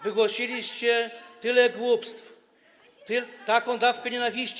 Wygłosiliście tyle głupstw, taką dawkę nienawiści.